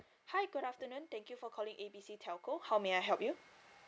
hi good afternoon thank you for calling A B C telco how may I help you